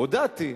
הודעתי.